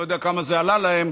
לא יודע כמה זה עלה להם,